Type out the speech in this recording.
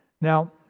now